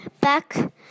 back